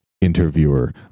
Interviewer